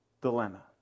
dilemma